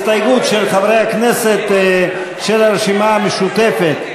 הסתייגות של חברי הכנסת אוסאמה סעדי,